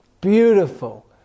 beautiful